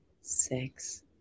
six